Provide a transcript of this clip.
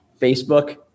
Facebook